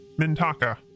Mintaka